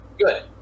Good